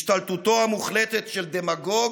השתלטותו המוחלטת של דמגוג